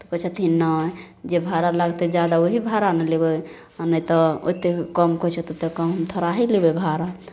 तऽ कहै छथिन नहि जे भाड़ा लगतै जादा वही भाड़ा ने लेबै आ नहि तऽ ओतेक कम कहै छै ओतेक कम थोड़ा ही लेबै भाड़ा